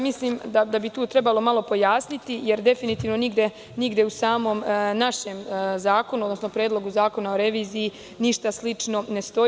Mislim da bi tu trebalo malo pojasniti jer definitivno nigde u našem zakonu, odnosno Predlogu zakona o reviziji ništa slično ne stoji.